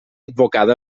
advocada